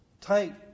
tight